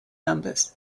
numbers